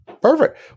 Perfect